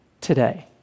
today